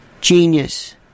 Genius